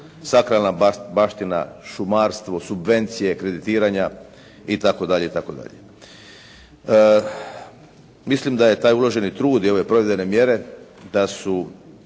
sakralna baština, šumarstvo, subvencije, kreditiranja itd., itd. Mislim da je taj uloženi trud i ove provedene mjere da su